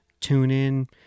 TuneIn